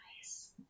Nice